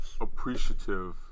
appreciative